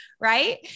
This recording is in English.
Right